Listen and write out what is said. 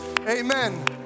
Amen